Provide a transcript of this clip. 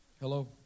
Hello